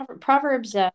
Proverbs